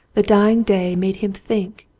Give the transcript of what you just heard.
the dying day made him think,